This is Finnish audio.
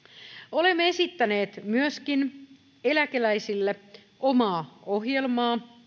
olemme esittäneet myöskin eläkeläisille omaa ohjelmaa